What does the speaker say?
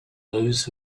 those